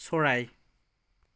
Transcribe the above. চৰাই